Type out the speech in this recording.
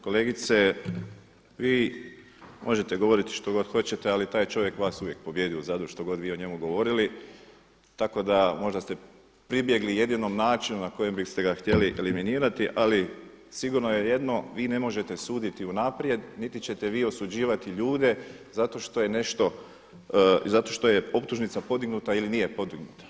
Kolegice vi možete govoriti što god hoćete ali taj čovjek vas uvijek pobijedi u Zadru što god vi o njemu govorili tako da možda ste pribjegli jedninom načinu na kojeg biste ga htjeli eliminirati ali sigurno je jedno vi ne možete suditi unaprijed niti ćete vi osuđivati ljude zato što je nešto, zato što je optužnica podignuta ili nije podignuta.